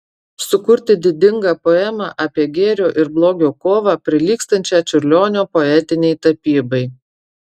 sukurti didingą poemą apie gėrio ir blogio kovą prilygstančią čiurlionio poetinei tapybai